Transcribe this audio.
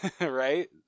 Right